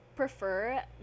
prefer